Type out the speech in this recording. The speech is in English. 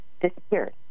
disappeared